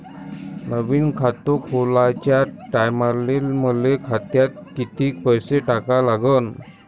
नवीन खात खोलाच्या टायमाले मले खात्यात कितीक पैसे टाका लागन?